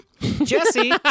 Jesse